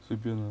随便 lah